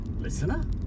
listener